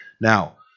now